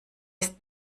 ist